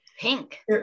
pink